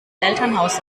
elternhaus